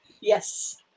yes